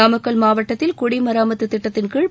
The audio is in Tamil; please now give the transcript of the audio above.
நாமக்கல் மாவட்டத்தில் குடிமராமத்து திட்டத்தின்கீழ்